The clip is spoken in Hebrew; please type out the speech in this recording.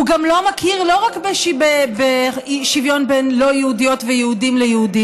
הוא גם לא מכיר לא רק בשוויון בין לא יהודיות ויהודים ליהודים,